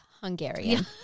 Hungarian